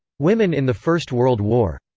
women in the first world war.